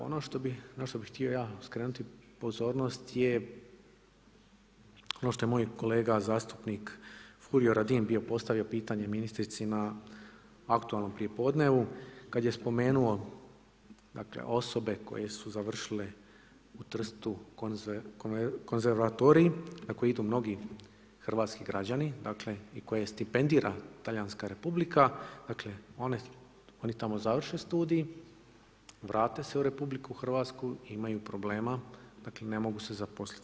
Ono na što bi htio ja skrenuti pozornost je, ono što je moj kolega zastupnik Furio Radin bio postavio pitanje ministrici na aktualnom prijepodnevu, kad je spomenuo, dakle osobe koje su završile u Trstu konzervatorij na koji idu mnogi hrvatski građani dakle, i koje stipendira Talijanska Republika, dakle, oni tamo završe studij, vrate se u RH i imaju problema, ne mogu se zaposliti.